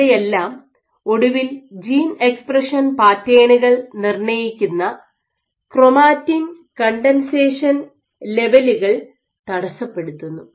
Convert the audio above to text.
ഇവയെല്ലാം ഒടുവിൽ gene expression പാറ്റേണുകൾ നിർണ്ണയിക്കുന്ന ക്രോമാറ്റിൻ കണ്ടൻസേഷൻ ലെവലുകൾ തടസ്സപ്പെടുത്തുന്നു